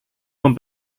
τον